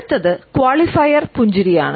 അടുത്തത് ക്വാളിഫയർ പുഞ്ചിരിയാണ്